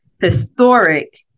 historic